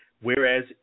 Whereas